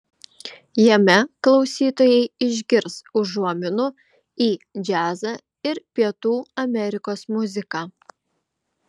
jame klausytojai išgirs užuominų į džiazą ir pietų amerikos muziką